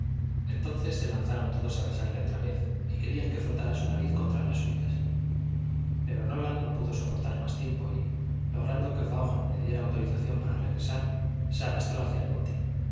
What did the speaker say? entonces se lanzaron todos a besarle otra vez y querían que frotara su nariz contra las suyas pero nolan no pudo soportar más tiempo y logrando que vaughan le diera autorización para regresar me arrastró hacia el bote